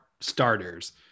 starters